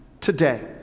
today